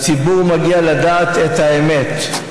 לציבור מגיע לדעת את האמת,